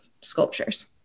sculptures